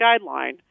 guideline